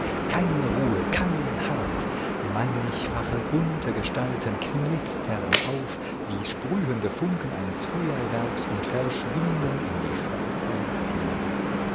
keine ruhe kein halt mannigfache bunte gestalten knistern auf wie sprühende funken eines feuerwerks und verschwinden in die schwarze nacht hinein